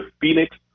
Phoenix